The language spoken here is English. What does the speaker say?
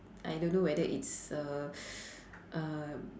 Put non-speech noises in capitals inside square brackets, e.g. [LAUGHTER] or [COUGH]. I don't know whether it's err [BREATH] uh